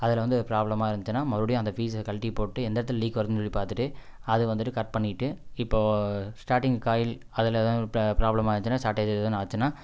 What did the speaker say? அதில் வந்து ப்ராப்பளமா இருந்துச்சுன்னால் மறுபடியும் அந்த ஃபீஸை கழட்டி போட்டு எந்த இடத்துல லீக் வருதுனு சொல்லி பார்த்துட்டு அதை வந்துட்டு கரெக்ட் பண்ணிட்டு இப்போ ஸடார்டிங் காயில் அதில் எதுவும் ப்ரா ப்ராபளமாச்சின்னா சார்ட்டேஜ் எதோ ஒன்று ஆச்சின்னா